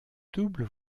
double